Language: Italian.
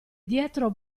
dietro